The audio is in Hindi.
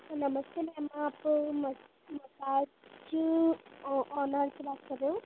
सर नमस्ते मैम आप मसाज जी ऑनर से बात रहे हो